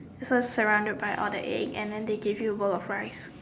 so it's surrounded by all the egg and then they give you a bowl of rice